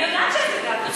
אני יודעת שאת יודעת.